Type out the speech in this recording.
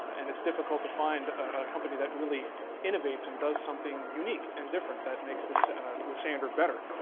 and it's difficult to find a company that really innovates and does something unique and different that makes the the sander better.